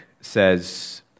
says